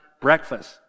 breakfast